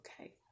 okay